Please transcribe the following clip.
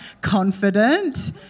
confident